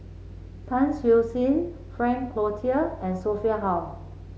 Tan Siew Sin Frank Cloutier and Sophia Hull